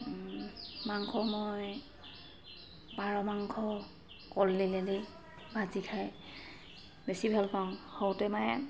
মাংস মই পাৰ মাংস কলদিলেদি ভাজি খাই বেছি ভাল পাওঁ সৰুতে মায়ে